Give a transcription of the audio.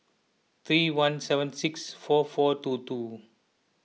three one seven six four four two two